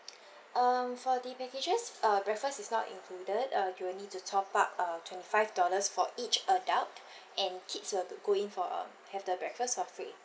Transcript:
um for the packages uh breakfast is not included uh you will need to top up uh twenty five dollars for each adult and kids will have to go in for uh have the breakfast for free